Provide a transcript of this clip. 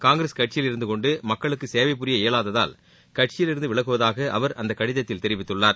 காங்கிரஸ் கட்சியிலிருந்து கொண்டு மக்களுக்கு சேவை புரிய இயலாததால் கட்சியிலிருந்து விலகுவதாக அவர் அந்த கடிதத்தில் தெரிவித்துள்ளார்